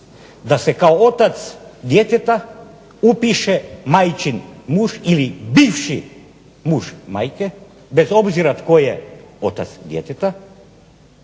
da se kao otac djeteta upiše majčin muž ili bivši muž majke, bez obzira tko je otac djeteta.